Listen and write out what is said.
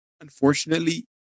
unfortunately